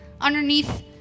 underneath